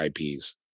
IPs